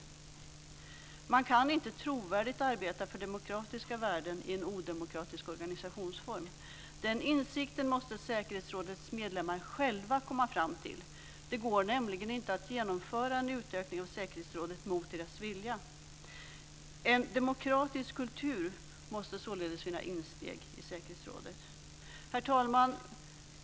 Man kan inte trovärdigt arbeta för demokratiska värden i en odemokratisk organisationsform. Den insikten måste säkerhetsrådets medlemmar själva komma fram till. Det går nämligen inte att genomföra en utökning av säkerhetsrådet mot medlemmarnas vilja. En demokratisk kultur måste således vinna insteg i säkerhetsrådet. Herr talman!